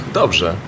dobrze